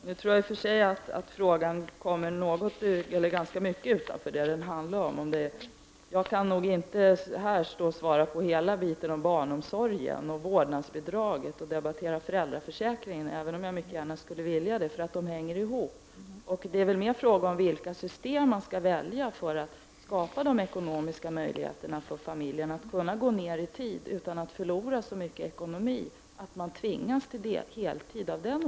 Fru talman! Nu tror jag att frågan har kommit ganska långt ifrån vad den egentligen handlar om. Jag kan nog inte stå här och svara på hela biten när det gäller barnomsorg och vårdnadsbidrag och debattera föräldraförsäkring, även om jag mycket gärna skulle vilja göra det, eftersom det hänger ihop. Det är mera fråga om vilket system man skall välja för att skapa ekonomiska möjligheter för familjemedlemmar att gå ner i arbetstid utan att förlora så mycket rent ekonomiskt att man tvingas till heltid.